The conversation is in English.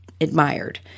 admired